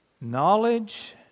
knowledge